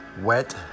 wet